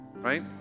Right